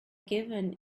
given